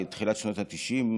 תחילת שנות ה-90,